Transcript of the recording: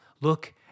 look